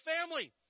family